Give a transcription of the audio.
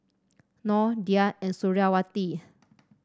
Noh Dhia and Suriawati